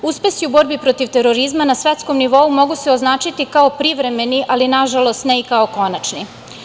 Uspesi u borbi proti terorizma na svetskom nivou mogu se označiti kao privremeni, ali nažalost ne i kao konačni.